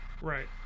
Right